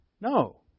No